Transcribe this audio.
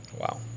wow